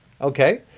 Okay